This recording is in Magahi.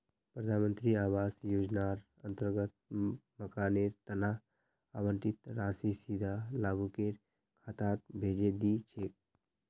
प्रधान मंत्री आवास योजनार अंतर्गत मकानेर तना आवंटित राशि सीधा लाभुकेर खातात भेजे दी छेक